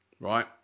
right